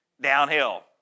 downhill